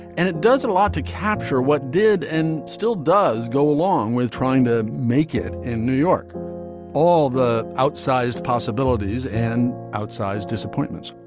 and it does a lot to capture what did and still does go along with trying to make it in new york all the outsized possibilities and outsized disappointments.